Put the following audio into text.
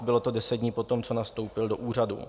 Bylo to 10 dní po tom, co nastoupil do úřadu.